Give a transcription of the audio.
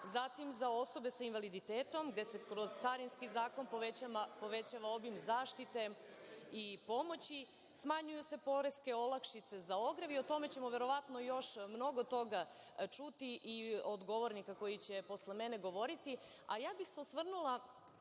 zatim za osobe sa invaliditetom, gde se kroz carinski zakon povećava obim zaštite i pomoći, smanjuju se poreske olakšice za ogrev, i o tome ćemo verovatno još mnogo toga čuti i od govornika koji će posle mene govoriti. Osvrnula bih se na